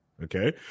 Okay